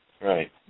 Right